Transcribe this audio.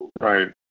Right